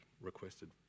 requested